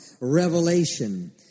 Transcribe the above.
revelation